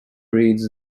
reads